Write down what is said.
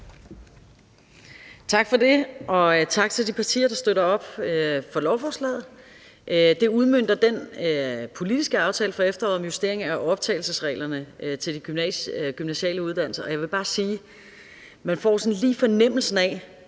Tak for det. Og tak til de partier, der bakker op om lovforslaget. Det udmønter den politiske aftale fra efteråret om justering af optagelsesreglerne til de gymnasiale uddannelser. Og jeg vil bare sige, at man sådan lige får fornemmelsen af,